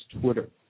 Twitter